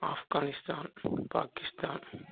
Afghanistan Pakistan